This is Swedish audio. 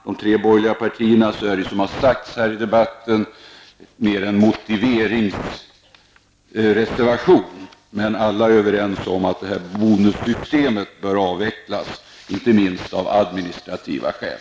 De tre borgerliga partiernas reservationer är mer något av motiveringsreservationer, men alla, utom miljöpartiet, är överens om att bonussystemet bör avvecklas, inte minst administrativa skäl.